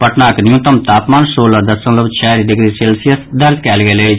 पटनाक न्यूनतम तापमान सोलह दशमलव चारि डिग्री सेल्सियस दर्ज कयल गेल अछि